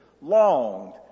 longed